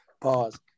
pause